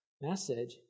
message